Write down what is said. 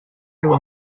algo